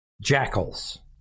jackals